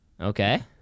Okay